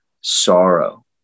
sorrow